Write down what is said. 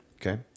Okay